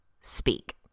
speak